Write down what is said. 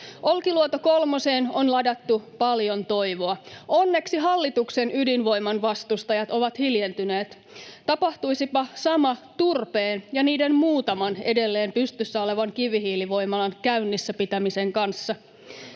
Olkiluoto kolmoseen on ladattu paljon toivoa. Onneksi hallituksen ydinvoiman vastustajat ovat hiljentyneet. Tapahtuisipa sama turpeen ja niiden muutaman edelleen pystyssä olevan kivihiilivoimalan käynnissä pitämisen kanssa.